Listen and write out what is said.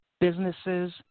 businesses